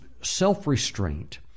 self-restraint